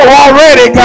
already